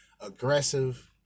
aggressive